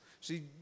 See